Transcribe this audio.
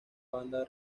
banda